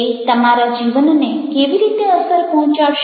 તે તમારા જીવનને કેવી રીતે અસર પહોંચાડશે